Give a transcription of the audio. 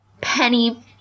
Penny